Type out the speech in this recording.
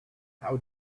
how